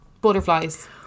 Butterflies